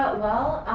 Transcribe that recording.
well,